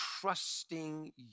trusting